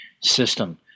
system